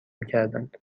میکردند